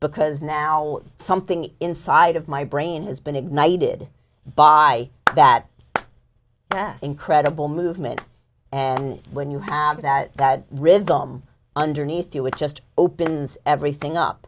because now something inside of my brain has been ignited by that yes incredible movement and when you have that that rhythm underneath you it just opens everything up